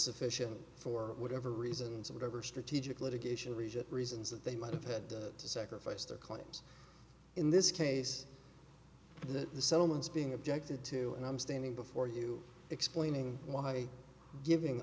sufficient for whatever reasons or whatever strategic litigation reach it reasons that they might have had to sacrifice their claims in this case that the settlements being objected to and i'm standing before you explaining why giving